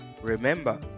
Remember